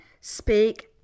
Speak